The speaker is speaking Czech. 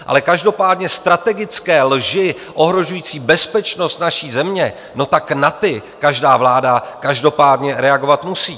Ale každopádně strategické lži ohrožující bezpečnost naší země, na ty každá vláda každopádně reagovat musí.